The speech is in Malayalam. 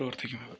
പ്രവർത്തിക്കുന്നത്